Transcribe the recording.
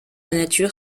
nature